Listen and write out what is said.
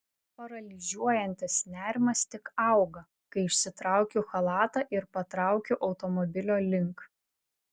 paralyžiuojantis nerimas tik auga kai išsitraukiu chalatą ir patraukiu automobilio link